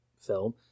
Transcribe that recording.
film